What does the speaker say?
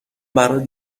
برات